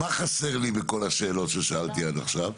מה חסר לי בכל השאלות ששאלתי עד עכשיו?